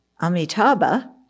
Amitabha